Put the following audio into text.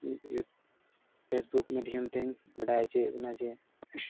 ᱢᱤᱫ ᱡᱩᱜᱽ ᱯᱷᱮᱥᱵᱩᱠ ᱢᱟᱭᱫᱷᱚᱢ ᱛᱤᱧ ᱵᱟᱰᱟᱭ ᱦᱚᱪᱚᱭᱮᱜ ᱵᱚᱱᱟ ᱡᱮ